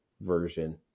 version